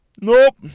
nope